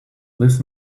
this